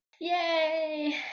Yay